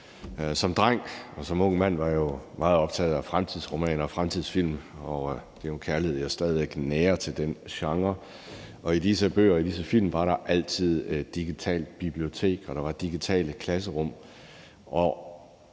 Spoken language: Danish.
Som dreng og som ung mand var jeg meget optaget af fremtidsromaner og fremtidsfilm, og det er en kærlighed, jeg stadig væk nærer til den genre. I disse bøger og disse film var der altid digitale biblioteker, der var digitale klasserum,